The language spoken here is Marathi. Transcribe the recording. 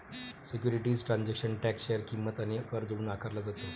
सिक्युरिटीज ट्रान्झॅक्शन टॅक्स शेअर किंमत आणि कर जोडून आकारला जातो